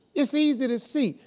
it's easy to see.